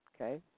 okay